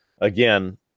again